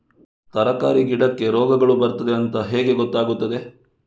ತರಕಾರಿ ಗಿಡಕ್ಕೆ ರೋಗಗಳು ಬರ್ತದೆ ಅಂತ ಹೇಗೆ ಗೊತ್ತಾಗುತ್ತದೆ?